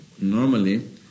Normally